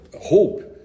hope